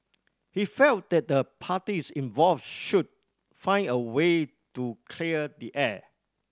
he felt that the parties involve should find a way to clear the air